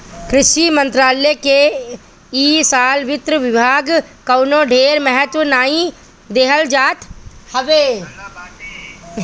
कृषि मंत्रालय के इ साल वित्त विभाग कवनो ढेर महत्व नाइ देहलस हवे